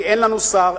כי אין לנו שר,